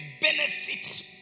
benefits